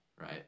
Right